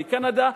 בקנדה,